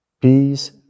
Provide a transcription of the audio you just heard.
peace